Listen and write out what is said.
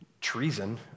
treason